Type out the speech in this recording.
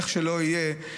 איך שלא יהיה,